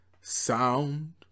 sound